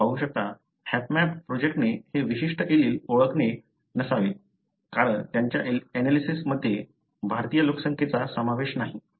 तुम्ही येथे पाहू शकता हॅपमॅप प्रोजेक्टने हे विशिष्ट एलील ओळखले नसावे कारण त्यांच्या एनालिसिसमध्ये भारतीय लोकसंख्येचा समावेश नाही